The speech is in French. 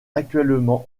actuellement